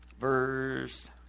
verse